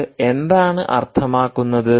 അത് എന്താണ് അർത്ഥമാക്കുന്നത്